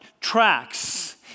tracks